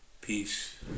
Peace